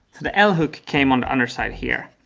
the l-hook came on the underside here.